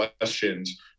questions